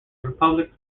republic